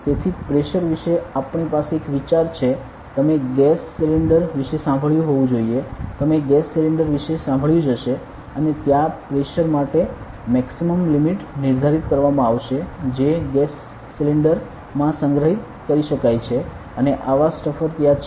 તેથી પ્રેશર વિશે આપણી પાસે એક વિચાર છે તમે ગેસ સિલિન્ડર વિશે સાંભળ્યું હોવું જોઈએ તમે ગેસ સિલિન્ડર વિશે સાંભળ્યું જ હશે અને ત્યાં પ્રેશર માટે મેક્સિમમ લિમિટ નિર્ધારિત કરવામાં આવશે જે ગેસ સિલિન્ડર માં સંગ્રહિત કરી શકાય છે અને આવા સ્ટફર ત્યાં છે